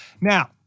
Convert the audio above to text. Now